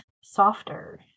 softer